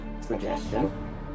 suggestion